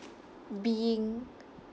being